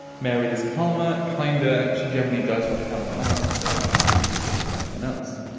mary is kalimah kind. ah she generally does what helen asks. i've never seen her do this with anyone else.